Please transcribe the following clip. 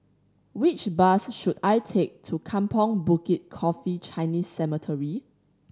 which bus should I take to Kampong Bukit Coffee Chinese Cemetery